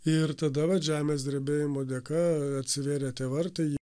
ir tada vat žemės drebėjimo dėka atsivėrė tie vartai